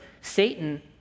Satan